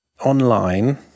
online